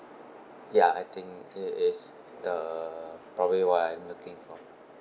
ya I think it is the probably what I'm looking for